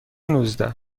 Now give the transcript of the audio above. نوزده